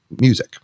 music